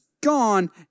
gone